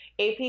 AP